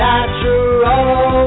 Natural